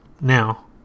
Now